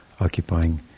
occupying